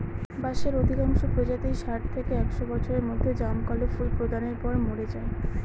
বাঁশের অধিকাংশ প্রজাতিই ষাট থেকে একশ বছরের মধ্যে জমকালো ফুল প্রদানের পর মরে যায়